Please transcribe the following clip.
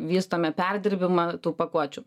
vystome perdirbimą tų pakuočių